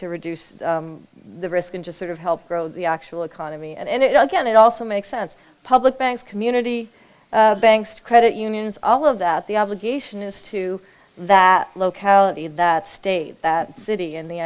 to reduce the risk and just sort of help grow the actual economy and it again it also makes sense public banks community banks credit unions all of that the obligation is to that locality that state that city and the